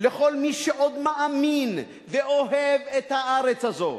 לכל מי שעוד מאמין ואוהב את הארץ הזאת.